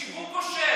משיגור כול,